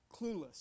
clueless